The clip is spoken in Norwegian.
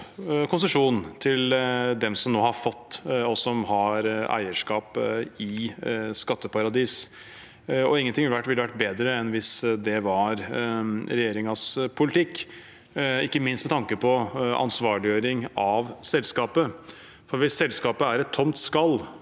konsesjon til dem som nå har fått det, og som har eierskap i skatteparadis. Ingenting ville vært bedre enn hvis det var regjeringens politikk, ikke minst med tanke på ansvarliggjøring av selskapet, for hvis selskapet er et tomt skall